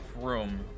room